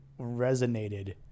resonated